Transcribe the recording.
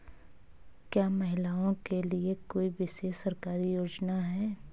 क्या महिलाओं के लिए कोई विशेष सरकारी योजना है?